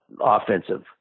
offensive